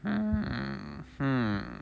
mm mm